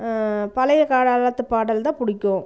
பழைய காலத்து பாடல்தான் பிடிக்கும்